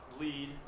lead